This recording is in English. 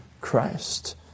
Christ